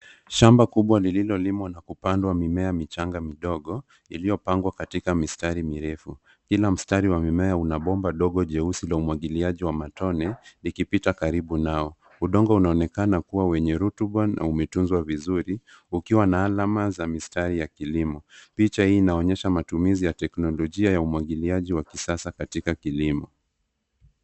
Shamba kubwa lililo limwa na kupandwa mimea michanga midogo, iliyopangwa katika mistari mirefu. Kila mtari wa mimea una bomba dogo jeusi la umwagiliaji wa matone likipita kariu nao. Udongo unaonekana kua wenye rutuba na umetunzwa vizuri ukiwa na alama za mistari ya kilimo. Picha hii inaonyesha matumizi ya teknolojia wa umwagiliaji wa kisasa katika kilimo.